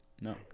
No